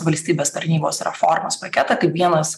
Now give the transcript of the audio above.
valstybės tarnybos reformos paketą kaip vienas